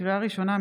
לקריאה ראשונה,